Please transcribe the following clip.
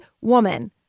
woman